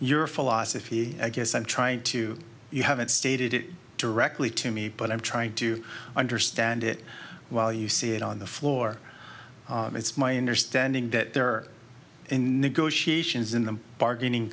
your philosophy i guess i'm trying to you haven't stated it directly to me but i'm trying to understand it well you see it on the floor it's my understanding that there are in negotiations in the bargaining